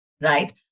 right